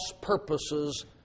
purposes